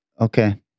okay